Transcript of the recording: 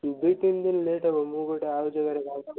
ଦୁଇ ତିନି ଦିନ ଲେଟ୍ ହେବ ମୁଁ ଗୋଟେ ଆଉ ଜାଗାରେ ଯାଉଛି